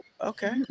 Okay